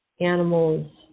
animals